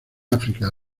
áfrica